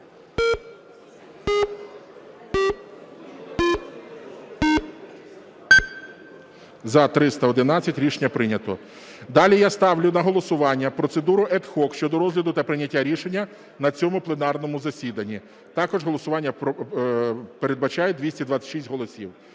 За-311 Рішення прийнято. Далі я ставлю на голосування процедуру ad hoc щодо розгляду та прийняття рішення на цьому пленарному засіданні. Також голосування передбачає 226 голосів.